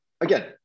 again